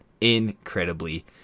incredibly